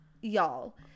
y'all